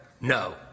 No